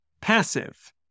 passive